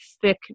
thick